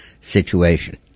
situation